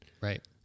Right